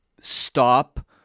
stop